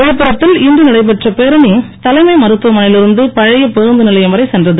விழுப்புரத்தில் இன்று நடைபெற்ற பேரணி தலைமை மருத்துவமனையில் இருந்து பழைய பேருந்து நிலையம் வரை சென்றது